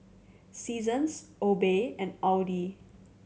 Seasons Obey and Audi